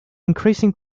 increasing